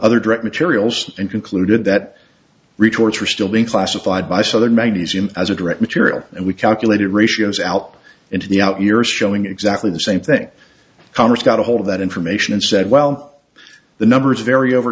other direct materials and concluded that retorts are still being classified by southern magnesium as a direct material and we calculated ratios out into the out years showing exactly the same thing congress got ahold of that information and said well the numbers vary over